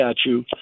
statue